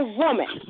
woman